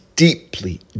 Deeply